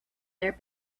their